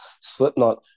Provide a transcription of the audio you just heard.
Slipknot